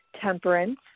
temperance